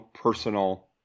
personal